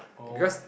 oh